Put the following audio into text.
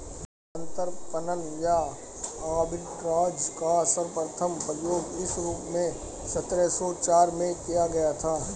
अंतरपणन या आर्बिट्राज का सर्वप्रथम प्रयोग इस रूप में सत्रह सौ चार में किया गया था